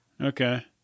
okay